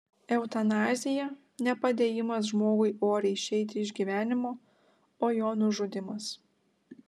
eutanazija ne padėjimas žmogui oriai išeiti iš gyvenimo o jo nužudymas